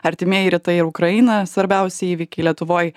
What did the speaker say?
artimieji rytai ir ukraina svarbiausi įvykiai lietuvoj